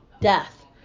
death